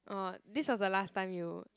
oh this was the last time you